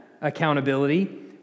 accountability